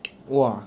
!wah!